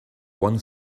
one